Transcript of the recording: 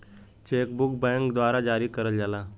check book bank के द्वारा जारी करल जाला